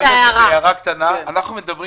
אנחנו מדברים